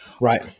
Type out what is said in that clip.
Right